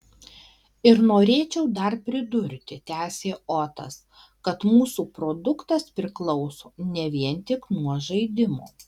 ir norėčiau dar pridurti tęsė otas kad mūsų produktas priklauso ne vien tik nuo žaidimo